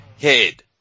head